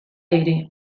ere